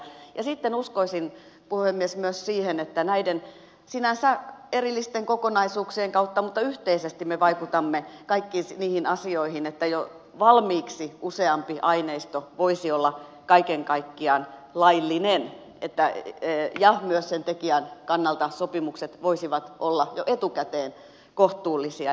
sitten uskoisin puhemies myös siihen että näiden sinänsä erillisten kokonaisuuksien kautta mutta yhteisesti me vaikutamme kaikki niihin asioihin että jo valmiiksi useampi aineisto voisi olla kaiken kaikkiaan laillinen ja myös sen tekijän kannalta sopimukset voisivat olla jo etukäteen kohtuullisia